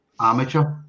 amateur